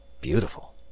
beautiful